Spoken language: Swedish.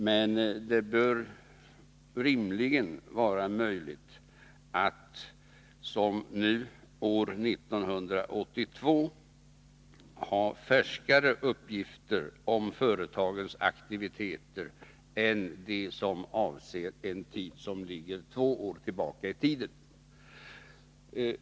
Men det bör rimligen vara möjligt att ha färskare uppgifter om företagens aktiviteter än dem som nu föreligger och som avser förhållanden som ligger två år tillbaka i tiden.